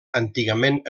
antigament